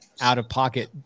out-of-pocket